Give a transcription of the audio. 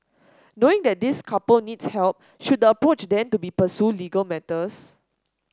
knowing then this couple needs help should the approach then to be pursue legal matters